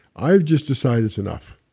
i've just decided it's enough.